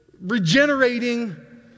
regenerating